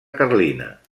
carlina